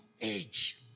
age